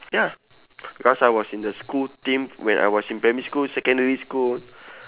ya last I was in the school team when I was in primary school secondary school